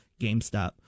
GameStop